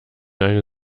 eine